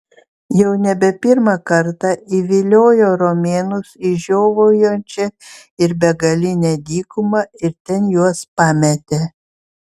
jau nebe pirmą kartą įviliojo romėnus į žiovaujančią ir begalinę dykumą ir ten juos pametė